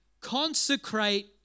Consecrate